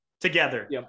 together